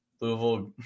Louisville